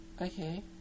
Okay